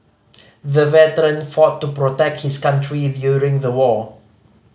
the veteran fought to protect his country during the war